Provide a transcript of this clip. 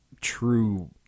true